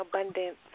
abundance